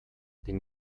den